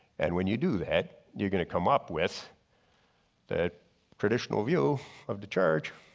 and when you do that you're going to come up with the traditional view of the church